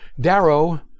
Darrow